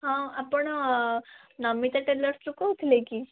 ହଁ ଆପଣ ନମିତା ଟେଲର୍ସ୍ରୁ କହୁଥିଲେ କି